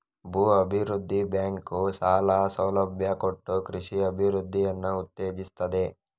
ಭೂ ಅಭಿವೃದ್ಧಿ ಬ್ಯಾಂಕು ಸಾಲ ಸೌಲಭ್ಯ ಕೊಟ್ಟು ಕೃಷಿಯ ಅಭಿವೃದ್ಧಿಯನ್ನ ಉತ್ತೇಜಿಸ್ತದೆ